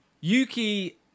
Yuki